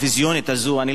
היא משרתת את מי?